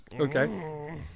Okay